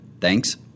Thanks